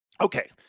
Okay